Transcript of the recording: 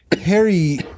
Harry